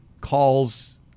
calls